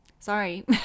Sorry